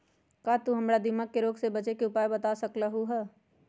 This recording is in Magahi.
का तू हमरा दीमक के रोग से बचे के उपाय बता सकलु ह?